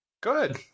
Good